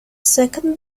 second